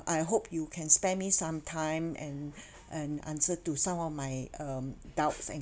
I hope you can spare me some time and and answer to some of my um doubts and